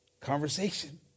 conversation